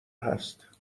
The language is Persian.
هست